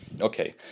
Okay